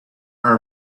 are